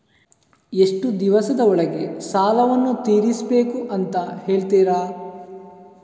ಎಷ್ಟು ದಿವಸದ ಒಳಗೆ ಸಾಲವನ್ನು ತೀರಿಸ್ಬೇಕು ಅಂತ ಹೇಳ್ತಿರಾ?